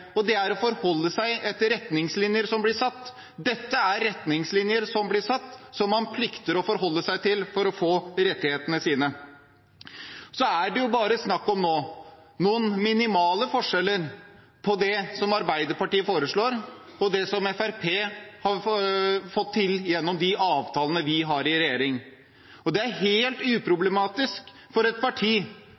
og det er å forholde seg til retningslinjer som blir satt. Dette er retningslinjer som man plikter å forholde seg til for å få rettighetene sine. Nå er det bare snakk om noen minimale forskjeller mellom det som Arbeiderpartiet foreslår, og det som Fremskrittspartiet har fått til gjennom de avtalene vi har i regjering. Det er helt uproblematisk for et parti